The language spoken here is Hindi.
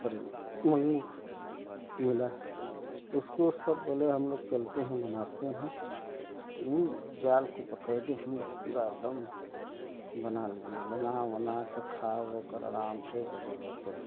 पर उन बोला तो उसको सब बोले हम लोग चलते हैं बनाते हैं उन जाल को पकड़ने हम लोग पूरा दिन बना लिए बना ऊना कर खा उ कर आराम से चले जाते हैं